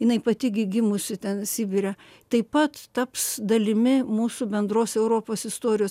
jinai pati gi gimusi ten sibire taip pat taps dalimi mūsų bendros europos istorijos